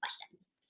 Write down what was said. questions